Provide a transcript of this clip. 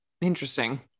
Interesting